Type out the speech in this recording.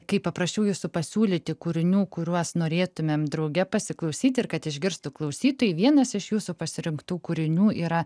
kai paprašiau jūsų pasiūlyti kūrinių kuriuos norėtumėm drauge pasiklausyti ir kad išgirstų klausytojai vienas iš jūsų pasirinktų kūrinių yra